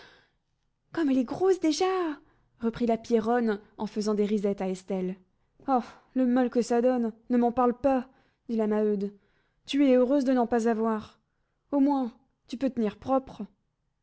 comme elle est grosse déjà reprit la pierronne en faisant des risettes à estelle ah le mal que ça donne ne m'en parle pas dit la maheude tu es heureuse de n'en pas avoir au moins tu peux tenir propre